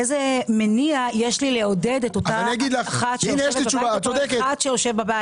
איזה מניע יש לי לעודד את אותה אחת או אחד שיושב בבית?